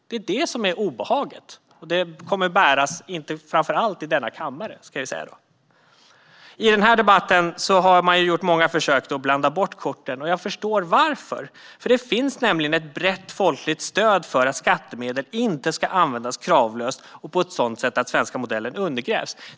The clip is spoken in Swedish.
Det är det som är obehaget, och det kommer inte framför allt att bäras i denna kammare. I den här debatten har man gjort många försök att blanda bort korten, och jag förstår varför. Det finns nämligen ett väldigt brett folkligt stöd för att skattemedel inte ska användas kravlöst och på ett sådant sätt att den svenska modellen undergrävs.